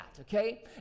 okay